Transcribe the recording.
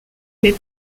mais